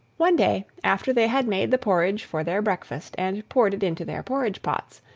one day, after they had made the porridge for their breakfast, and poured it into their porridge-pots,